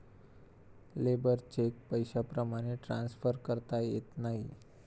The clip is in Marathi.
लेबर चेक पैशाप्रमाणे ट्रान्सफर करता येत नाही